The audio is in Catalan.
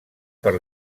per